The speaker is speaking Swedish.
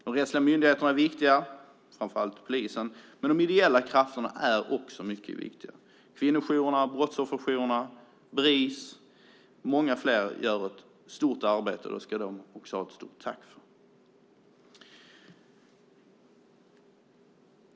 De rättsliga myndigheterna är viktiga, framför allt polisen, men de ideella krafterna är också mycket viktiga. Kvinnojourerna, brottsofferjourerna, Bris och många fler gör ett viktigt arbete, och det ska de också ha ett stort tack för.